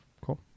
Cool